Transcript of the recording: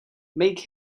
make